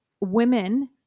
women